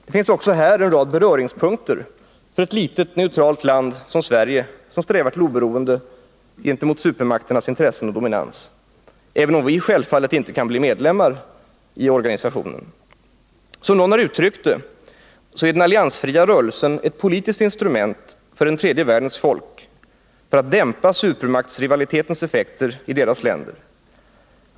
Det finns också här en rad beröringspunkter för ett litet, neutralt land som Sverige, som strävar till oberoende gentemot supermakternas intressen och dominans, även om vi självfallet inte kan bli medlemmar i organisationen. Som någon har uttryckt det är den alliansfria rörelsen ett politiskt instrument för den tredje världens folk för att dämpa supermaktsrivalitetens effekter i deras länder.